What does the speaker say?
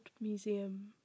Museum